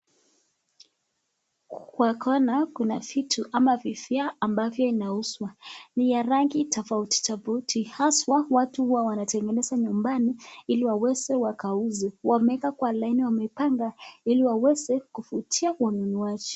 Kwa kona kuna vitu ama vifaa ambavyo inauzwa, ni ya rangi tofauti tofaitu, haswa watu hawo wanatengeza nyumbali iliwaweze wakauze. Wameweka kwa laini, wamepanga iliaweze kuvutia kwa mnunuaji.